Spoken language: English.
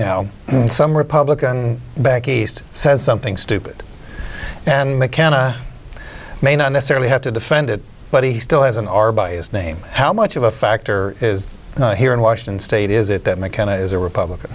now some republican back east says something stupid and they can't may not necessarily have to defend it but he still has an r by its name how much of a factor is here in washington state is it that mckenna is a republican